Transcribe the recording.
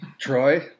Troy